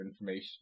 information